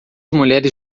mulheres